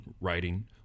writing